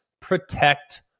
Protect